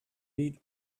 read